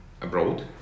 abroad